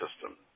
system